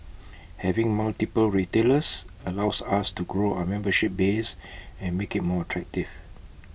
having multiple retailers allows us to grow our membership base and make IT more attractive